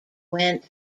went